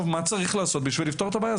מה צריך לעשות בשביל לפתור את הבעיה.